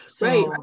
Right